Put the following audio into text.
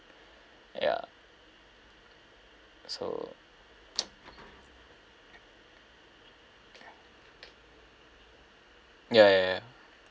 ya so ya ya ya